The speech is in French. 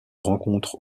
rencontre